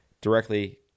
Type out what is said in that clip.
directly